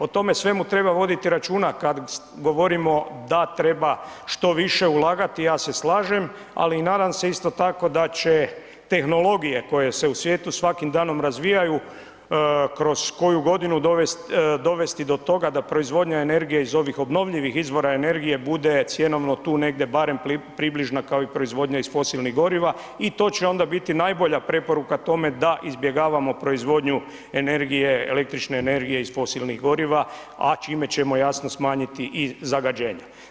O tome svemu treba voditi računa kada govorimo da treba što više ulagati, ja se slažem, ali nadam se da će isto tako tehnologije koje se u svijetu svakim danom razvijaju kroz koju godinu dovesti do toga da proizvodnja energije iz ovih obnovljivih izvora energije bude cjenovno tu negdje barem približna kao i proizvodnja iz fosilnih goriva i to će onda biti najbolja preporuka tome da izbjegavamo proizvodnju energije, električne energije iz fosilnih goriva, a čime ćemo jasno smanjiti i zagađenja.